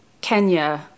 Kenya